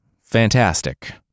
Fantastic